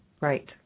Right